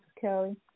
kelly